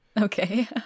Okay